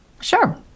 Sure